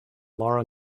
lara